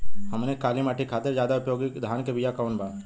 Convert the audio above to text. हमनी के काली माटी खातिर ज्यादा उपयोगी धान के बिया कवन बा?